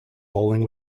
bowling